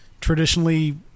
traditionally